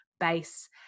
base